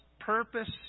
purpose